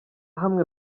hamwe